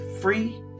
free